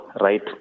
right